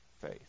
faith